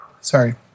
Sorry